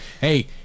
hey